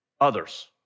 others